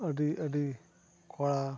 ᱟᱹᱰᱤ ᱟᱹᱰᱤ ᱠᱚᱲᱟ